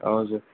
हजुर